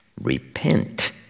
Repent